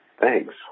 Thanks